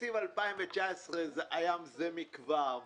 תקציב 2019 היה זה מכבר.